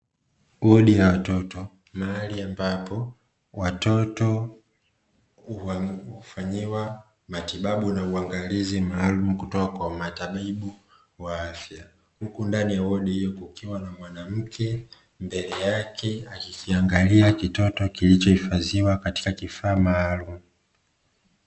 Wodi ya watoto mahali ambapo watoto hufanyiwa matibabu na uangalizi maalumu kutoka kwa matabibu wa afya, huku ndani ya wodi hiyo kukiwa na mwanamke mbele yake akikiangalia kitoto kilichohifadhiwa katika kifaa maalumu.